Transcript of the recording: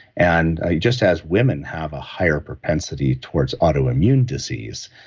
and just as women have a higher propensity towards autoimmune disease.